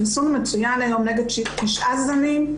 חיסון מצוין היום נגד תשעה זנים,